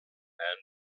and